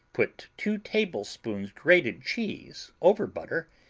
put two tablespoons grated cheese over butter,